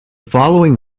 following